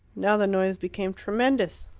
now the noise became tremendous.